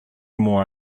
more